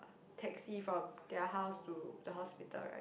taxi from their house to the hospital right